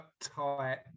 tight